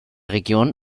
region